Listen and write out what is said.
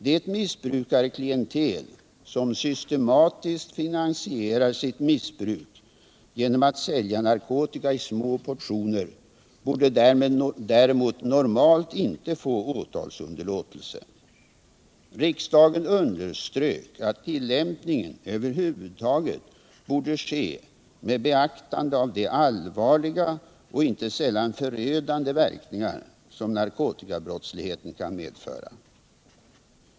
Det missbrukarklientel som systematiskt finansierar sitt missbruk genom att sälja narkotika i små portioner borde däremot normalt inte få åtalsunderlåtelse. Riksdagen underströk att tillämpningen över huvud taget borde ske med beaktande av de allvarliga och inte sällan förödande verkningar som narkotikabrottsligheten kan medföra.